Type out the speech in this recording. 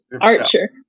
Archer